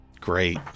great